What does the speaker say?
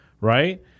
right